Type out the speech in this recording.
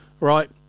right